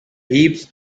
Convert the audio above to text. heaps